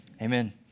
Amen